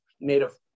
native